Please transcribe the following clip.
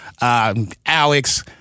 Alex